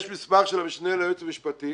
יש מסמך של המשנה ליועץ המשפטי